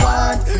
one